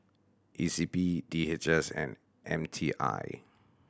E C P D H S and M T I